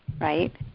right